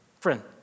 friend